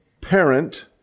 parent